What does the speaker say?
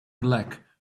black